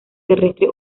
terrestre